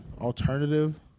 alternative